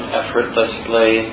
effortlessly